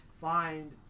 find